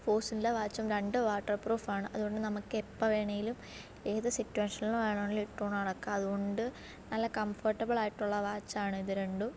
ഫോസിലിൻ്റെ വാച്ചും രണ്ടും waterproof ആണ് അതുകൊണ്ട് നമുക്ക് എപ്പോൾ വേണമെങ്കിലും ഏത് സിറ്റുവേഷനിൽ വേണമെങ്കിലും ഇട്ടുകൊണ്ട് നടക്കാം അതുകൊണ്ട് നല്ല കംഫർട്ടബിൾ ആയിട്ടുള്ള വാച്ച് ആണിത് രണ്ടും